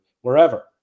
wherever